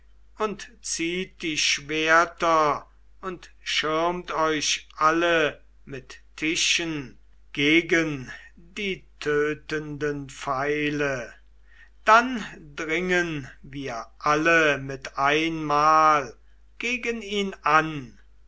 und zieht die schwerter und schirmt euch alle mit tischen gegen die tötenden pfeile dann dringen wir alle mit einmal gegen ihn an